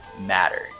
matter